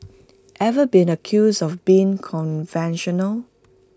ever been accused of being conventional